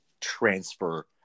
transfer